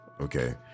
okay